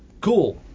Cool